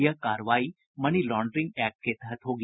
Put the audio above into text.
यह कार्रवाई money laundering act के तहत होगी